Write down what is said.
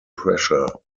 pressure